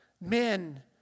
men